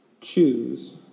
choose